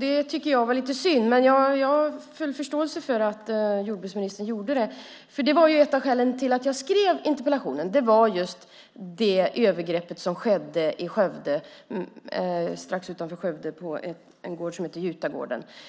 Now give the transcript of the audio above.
Det tycker jag är lite synd. Men jag har full förståelse för att jordbruksministern gjorde det. Ett av skälen till att jag skrev interpellationen var ju just att det skett övergrepp strax utanför Skövde på en gård som heter Jutagården.